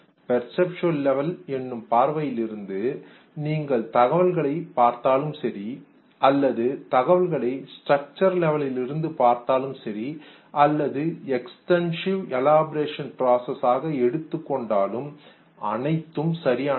perceptual level என்னும் பார்வையிலிருந்து நீங்கள் தகவல்களை பார்த்தாலும் சரி அல்லது தகவல்களை ஸ்டரக்சர் லெவல் இருந்து பார்த்தாலும் சரி அல்லது எக்ஸ்டென்சிவ் எலாபிரேஷன் பிராசஸ் எடுத்துக்கொண்டாலும் அனைத்தும் சரியானதே